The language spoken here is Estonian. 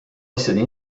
asjade